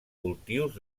cultius